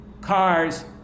cars